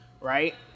Right